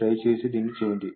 దయచేసి దీన్ని చేయండి